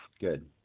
good